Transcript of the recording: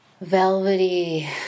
velvety